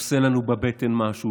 עושה לנו בבטן משהו,